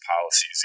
policies